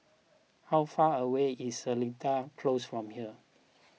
how far away is Seletar Close from here